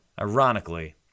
Ironically